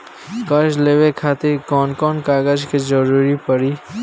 कर्जा लेवे खातिर कौन कौन कागज के जरूरी पड़ी?